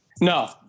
No